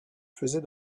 faisait